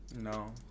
no